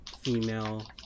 female